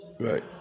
Right